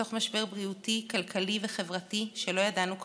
בתוך משבר בריאותי, כלכלי וחברתי שלא ידענו כמותו,